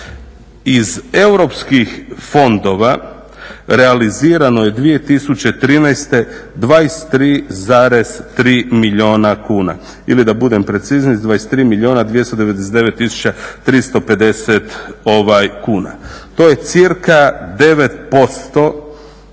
iz europskih fondova realizirano je 2013. 23,3 milijuna kuna ili da budem precizniji 23 299 350 kuna, to je cirka 9%,